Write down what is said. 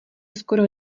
skoro